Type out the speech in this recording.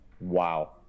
Wow